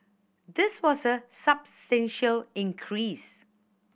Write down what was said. this was a substantial increase